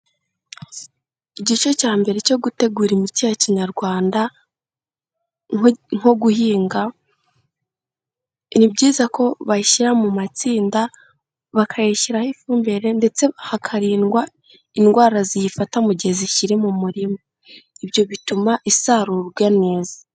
Igice cy'ambere cyo gutegura imiti ya kinyarwanda, nko guhinga ni byiza ko bayishyira mu matsinda bakayashyiraho ifumbire ndetse hakarindwa indwara ziyifata mu gihe zikiri mu murima. ibyo bituma isarurwa neza.